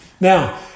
Now